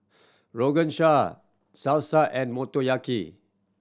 Rogan Josh Salsa and Motoyaki